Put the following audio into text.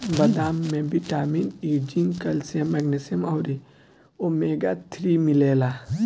बदाम में vitamin E, zinc, calcium, magnesium अउरी ओमेगा थ्री मिलेला